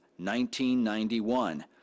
1991